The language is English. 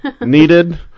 needed